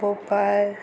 Bhopal